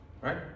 Right